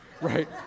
right